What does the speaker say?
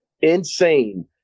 insane